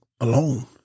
alone